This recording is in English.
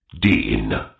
Dean